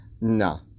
no